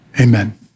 Amen